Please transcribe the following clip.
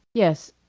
yes.